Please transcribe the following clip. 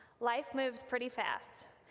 life moves pretty fast,